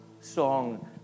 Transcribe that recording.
song